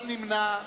ונמנע אחד.